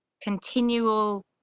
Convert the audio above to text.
continual